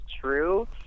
true